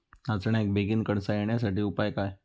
नाचण्याक बेगीन कणसा येण्यासाठी उपाय काय?